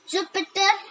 Jupiter